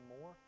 more